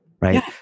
Right